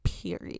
period